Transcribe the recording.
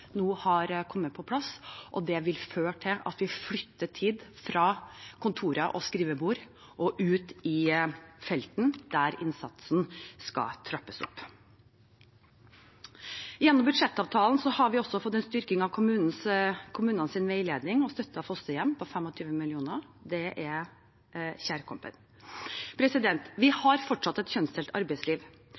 nå har kommet på plass, og det vil føre til at vi flytter tid fra kontorer og skrivebord og ut i felten, der innsatsen skal trappes opp. Gjennom budsjettavtalen har vi også fått en styrking av kommunenes veiledning og støtte til fosterhjem på 25 mill. kr. Det er kjærkomment. Vi har fortsatt et kjønnsdelt arbeidsliv,